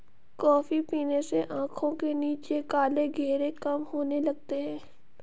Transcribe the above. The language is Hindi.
कॉफी पीने से आंखों के नीचे काले घेरे कम होने लगते हैं